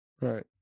Right